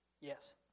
Yes